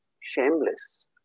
shameless